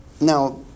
Now